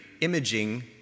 imaging